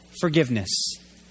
forgiveness